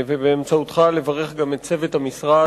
ובאמצעותך לברך גם את צוות המשרד.